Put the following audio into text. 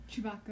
Chewbacca